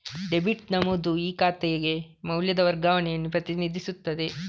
debit ನಮೂದು ಆ ಖಾತೆಗೆ ಮೌಲ್ಯದ ವರ್ಗಾವಣೆಯನ್ನು ಪ್ರತಿನಿಧಿಸುತ್ತದೆ